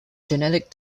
genetic